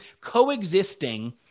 coexisting